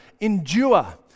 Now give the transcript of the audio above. endure